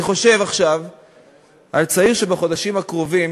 אני חושב עכשיו על צעיר שבחודשים הקרובים